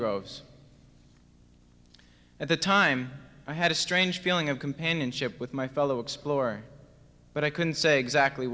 es at the time i had a strange feeling of companionship with my fellow explorer but i couldn't say exactly